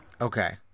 Okay